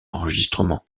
enregistrements